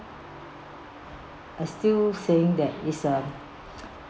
I still saying that is a